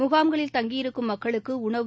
முகாம்களில் தங்கி இருக்கும் மக்களுக்குஉணவு